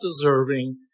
deserving